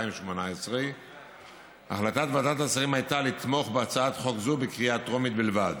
2018. החלטת ועדת השרים הייתה לתמוך בהצעת חוק זו בקריאה טרומית בלבד.